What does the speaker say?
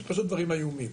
פשוט דברים איומים.